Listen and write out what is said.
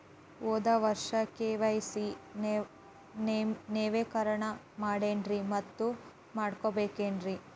ಹೋದ ವರ್ಷ ಕೆ.ವೈ.ಸಿ ನವೇಕರಣ ಮಾಡೇನ್ರಿ ಮತ್ತ ಮಾಡ್ಬೇಕೇನ್ರಿ?